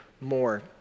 more